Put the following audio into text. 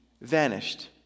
vanished